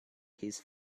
his